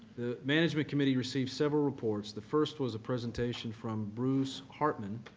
management committee received several reports. the first was a presentation from bruce hartman,